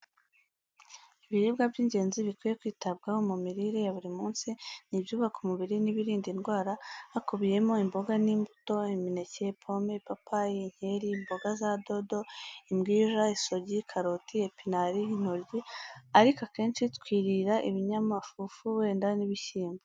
Ibiribwa by'ingenzi bikwiye kwitabwaho mu mirire ya buri munsi ni ibyubaka umubiri n'ibirinda indwara, hakubiyemo imboga n'imbuto: imineke, pome, ipapayi, inkeri, imboga za dodo, imbwija, isogi, karoti, epinari, intoryi; ariko akenshi twirira ibinyamafufu wenda n'ibishyimbo.